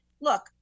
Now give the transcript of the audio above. Look